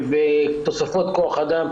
תוספות כוח אדם,